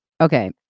Okay